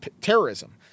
terrorism